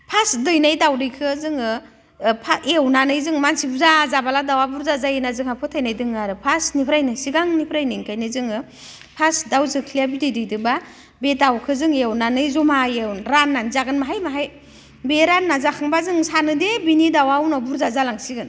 first दैनाय दाउदैखौ जोङो एवनानै जों मानसि बुरजा जाबोला दाउवा बुरजा जायो होनना जोंहा फोथायनाय दङ आरो फार्स्टनिफ्रायनो सिगांनिफ्रायनो ओंखायनो जोङो फार्स्ट दाउ जोख्लिया बिदै दैदोंबा बे दावखौ जोङो एवनानै जमायै राननानै जागोन बाहाय बाहाय बे रानना जाखांबा जों सानो दि बेनि दाउवा उनाव बुरजा जालांसिगोन